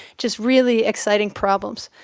just really exciting problems.